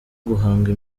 guhanga